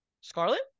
Scarlet